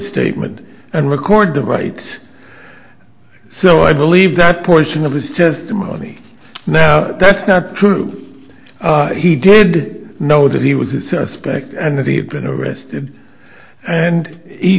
statement and record the right so i believe that portion of his testimony now that's not true he did know that he was a suspect and